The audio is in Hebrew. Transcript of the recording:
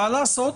מה לעשות,